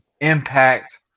impact